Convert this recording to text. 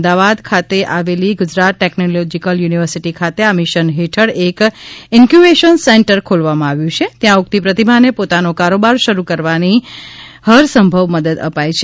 અમદાવાદ ખાતે આવેલી Gujarat Technological University ખાતે આ મિશન હેઠળ એક ઇ ન્કયુબેશન સેન્ટર ખોલવામાં આવ્યું છે ત્યાં ઊગતી પ્રતિભા ને પોતાનો કારોબાર શરૂ કરવાની હાર સંભવ મદદ અપાય છે